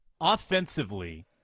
Offensively